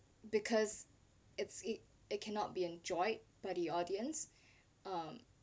because it's it it cannot be enjoyed by the audience um